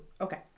Okay